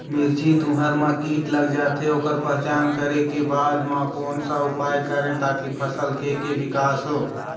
मिर्ची, तुंहर मा कीट लग जाथे ओकर पहचान करें के बाद मा कोन सा उपाय करें ताकि फसल के के विकास हो?